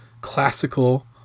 classical